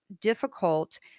difficult